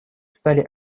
стали